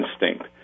instinct